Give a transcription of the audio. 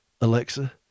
Alexa